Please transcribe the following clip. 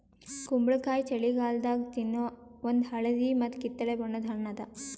ಕುಂಬಳಕಾಯಿ ಛಳಿಗಾಲದಾಗ ತಿನ್ನೋ ಒಂದ್ ಹಳದಿ ಮತ್ತ್ ಕಿತ್ತಳೆ ಬಣ್ಣದ ಹಣ್ಣ್ ಅದಾ